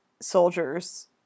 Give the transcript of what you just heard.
soldiers